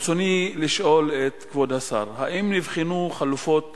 ברצוני לשאול את כבוד השר: 1. האם נבחנו חלופות